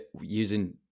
using